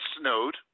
snowed